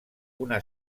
una